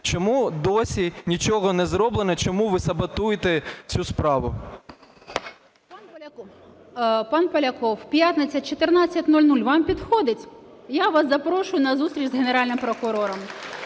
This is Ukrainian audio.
чому досі нічого не зроблено? Чому ви саботуєте цю справу? 10:57:20 ВЕНЕДІКТОВА І.В. Пан Поляков, п'ятниця 14:00 вам підходить? Я вас запрошую на зустріч з Генеральним прокурором.